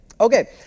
Okay